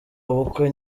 ubukwe